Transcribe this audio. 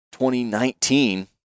2019